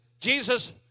Jesus